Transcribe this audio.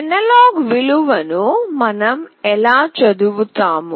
analogue విలువ ను మనం ఎలా చదువుతాము